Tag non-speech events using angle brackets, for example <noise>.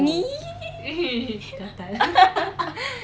!ee! <laughs>